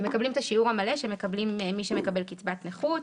הם מקבלים את השיעור המלא שמקבלים מי שמקבל קצבת נכות.